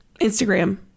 Instagram